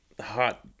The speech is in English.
hot